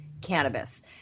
cannabis